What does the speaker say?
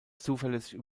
zuverlässig